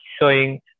showing